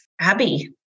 Abby